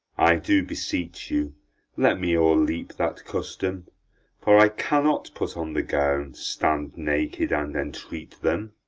i do beseech you let me o'erleap that custom for i cannot put on the gown, stand naked, and entreat them,